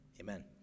Amen